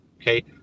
Okay